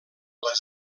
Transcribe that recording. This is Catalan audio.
les